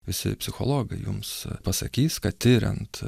visi psichologai jums pasakys kad tiriant